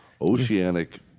oceanic